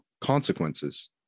consequences